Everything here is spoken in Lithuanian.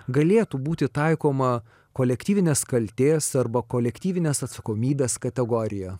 galėtų būti taikoma kolektyvinės kaltės arba kolektyvinės atsakomybės kategorija